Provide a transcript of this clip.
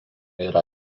yra